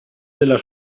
della